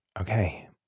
okay